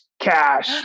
cash